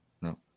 No